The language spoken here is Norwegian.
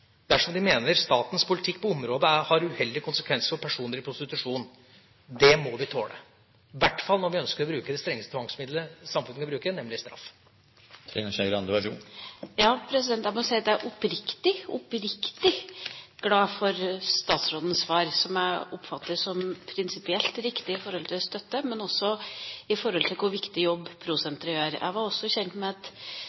dersom de mener statens politikk på området har uheldige konsekvenser for personer i prostitusjon. Det må vi tåle, i hvert fall når vi ønsker å bruke det strengeste tvangsmidlet samfunnet kan bruke, nemlig straff. Jeg må si at jeg er oppriktig – oppriktig – glad for statsrådens svar, som jeg oppfatter som prinsipielt riktig med hensyn til støtte, men også sett opp mot hvilken viktig jobb